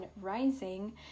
Rising